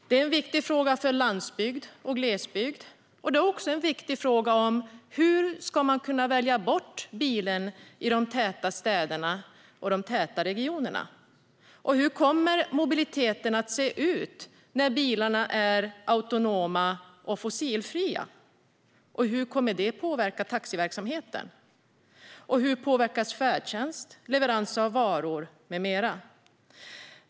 Bilar är en viktig fråga för landsbygd och glesbygd. Det är också en viktig fråga när det gäller hur man ska kunna välja bort bilen i de täta städerna och täta regionerna. Och hur kommer mobiliteten att se ut när bilarna är autonoma och fossilfria? Och hur kommer det att påverka taxiverksamheten? Hur påverkas färdtjänst, leverans av varor med mera?